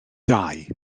dau